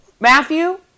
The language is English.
Matthew